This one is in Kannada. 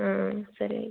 ಆಂ ಸರಿ ಆಯಿತು